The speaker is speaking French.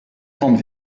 grandes